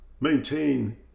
maintain